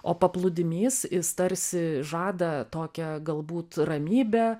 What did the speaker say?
o paplūdimys jis tarsi žada tokią galbūt ramybę